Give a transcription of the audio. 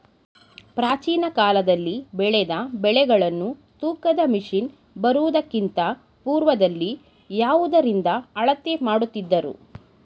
ಪ್ರಾಚೀನ ಕಾಲದಲ್ಲಿ ಬೆಳೆದ ಬೆಳೆಗಳನ್ನು ತೂಕದ ಮಷಿನ್ ಬರುವುದಕ್ಕಿಂತ ಪೂರ್ವದಲ್ಲಿ ಯಾವುದರಿಂದ ಅಳತೆ ಮಾಡುತ್ತಿದ್ದರು?